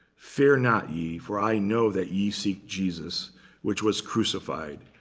fear not ye, for i know that ye seek jesus which was crucified.